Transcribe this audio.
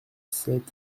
sept